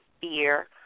fear